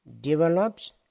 develops